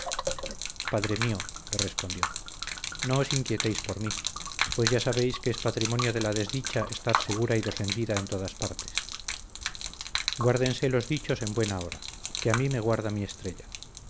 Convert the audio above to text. padre mío le respondió no os inquietéis por mí pues ya sabéis que es patrimonio de la desdicha estar segura y defendida en todas partes guárdense los dichosos en buen hora que a mí me guarda mi estrella